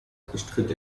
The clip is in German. bestritt